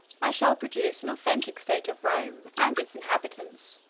i shall produce an authentic state of rome and its inhabitants,